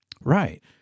Right